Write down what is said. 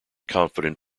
confident